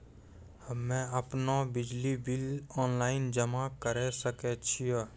हम्मे आपनौ बिजली बिल ऑनलाइन जमा करै सकै छौ?